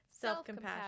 self-compassion